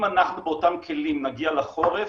אם אנחנו באותם כלים נגיע לחורף,